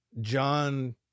John